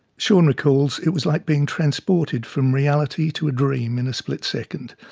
shaun recalls it was like being transported from reality to a dream in a split second.